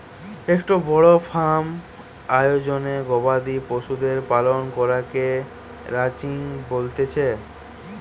একটো বড় ফার্ম আয়োজনে গবাদি পশুদের পালন করাকে রানচিং বলতিছে